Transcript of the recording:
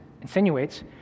insinuates